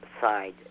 side